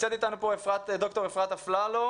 נמצאת אתנו דוקטור אפרת אפללו,